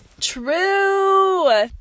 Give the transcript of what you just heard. true